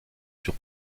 sur